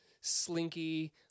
slinky